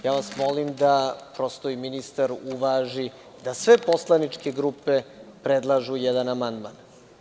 Molim vas da prosto i ministar uvaži da sve poslaničke grupe predlažu jedan amandman.